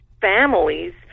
families